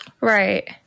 right